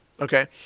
Okay